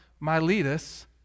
Miletus